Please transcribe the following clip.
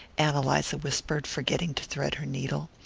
ann eliza whispered, forgetting to thread her needle.